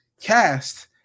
cast